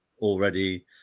already